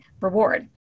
reward